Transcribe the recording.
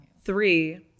Three